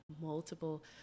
multiple